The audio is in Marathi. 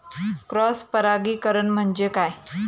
क्रॉस परागीकरण म्हणजे काय?